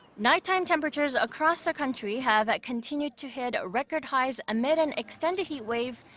nighttime temperatures across the country have continued to hit record highs amid an extended heat wave,